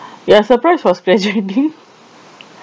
ya surprise was graduating